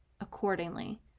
accordingly